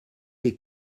les